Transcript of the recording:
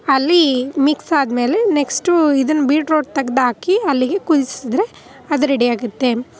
ಅಲ್ಲಿ ಮಿಕ್ಸಾದ ಮೇಲೆ ನೆಕ್ಸ್ಟು ಇದನ್ನ ಬಿಟ್ರೋಟ್ ತೆಗ್ದಾಕಿ ಅಲ್ಲಿಗೆ ಕುದಿಸಿದ್ರೆ ಅದು ರೆಡಿಯಾಗುತ್ತೆ